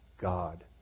God